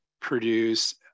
produce